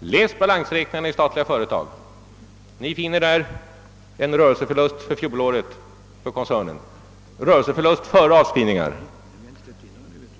Läs balansräkningarna i Statliga företag! Ni finner där en rörelseförlust före avskrivningar för fjolåret för koncernen.